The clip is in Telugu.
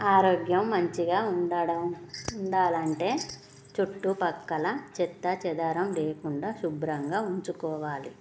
ఆరోగ్యం మంచిగా ఉండడం ఉండాలంటే చుట్టుపక్కల చెత్తా చెదారం లేకుండా శుభ్రంగా ఉంచుకోవాలి